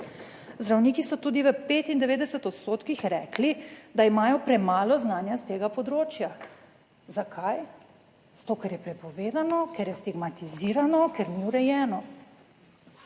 Zdravniki so tudi v 95 % rekli, da imajo premalo znanja s tega področja. Zakaj? Zato, ker je prepovedano, ker je stigmatizirano, ker ni urejeno.